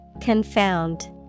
Confound